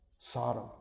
Sodom